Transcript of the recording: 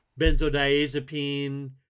benzodiazepine